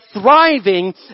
thriving